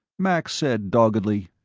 max said doggedly,